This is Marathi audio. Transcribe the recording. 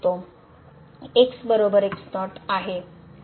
x बरोबर x0 आहे